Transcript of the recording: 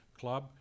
club